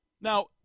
Now